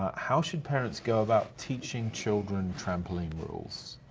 ah how should parents go about teaching children trampoline rules?